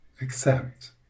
accept